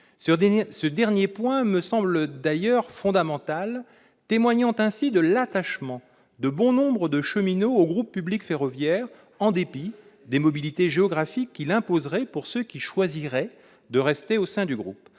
Ce dernier point me semble d'ailleurs fondamental, témoignant ainsi de l'attachement de bon nombre de cheminots au groupe public ferroviaire en dépit des mobilités géographiques qu'il imposera pour ceux qui choisiraient de rester au sein du groupe.